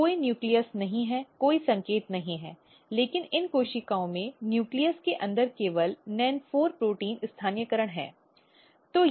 तो कोई नाभिक नहीं है कोई संकेत नहीं है लेकिन इस कोशिकाओं में नाभिक के अंदर केवल NEN4 प्रोटीन स्थानीयकरण है